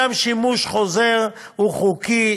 גם שימוש חוזר הוא חוקי,